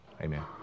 Amen